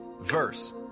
Verse